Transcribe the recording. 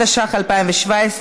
התשע"ח 2017,